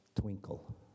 twinkle